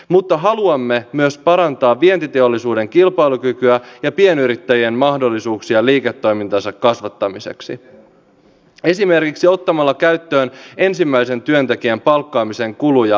mutta haluamme myös parantaa vientiteollisuuden kilpailukykyä ja pienyrittäjien mahdollisuuksia liiketoimintansa kasvattamiseksi esimerkiksi ottamalla käyttöön ensimmäisen työntekijän palkkaamisen kuluja alentavan verovähennyksen